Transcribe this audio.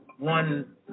One